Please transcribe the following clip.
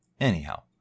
anyhow